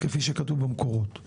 כפי שכתוב במקורות.